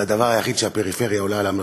זה הדבר היחיד שהפריפריה עולה בו על המרכז,